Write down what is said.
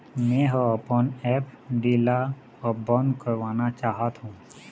मै ह अपन एफ.डी ला अब बंद करवाना चाहथों